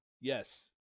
Yes